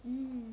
mm